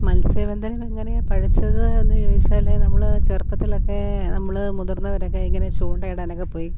മൽസ്യബന്ധനം എങ്ങനെയാണ് പഠിച്ചത് എന്നു ചോദിച്ചാൽ നമ്മൾ ചെറുപ്പത്തിലൊക്കെ നമ്മൾ മുതിർന്നവരൊക്കെ ഇങ്ങനെ ചൂണ്ടയിടാനൊക്കെ പോയി